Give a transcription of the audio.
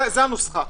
זו הנוסחה.